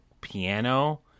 piano